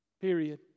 Period